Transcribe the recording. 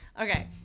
okay